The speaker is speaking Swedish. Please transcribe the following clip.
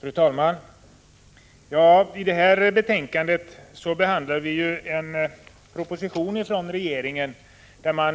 Fru talman! I det här betänkandet behandlar vi en proposition där regeringen